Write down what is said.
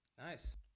Nice